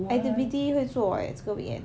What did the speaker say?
activity 会做 like 这个 weekend